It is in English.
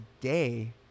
day